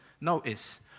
notice